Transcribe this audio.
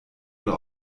oder